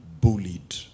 bullied